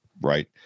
right